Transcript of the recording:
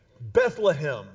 Bethlehem